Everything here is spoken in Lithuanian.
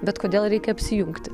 bet kodėl reikia apsijungti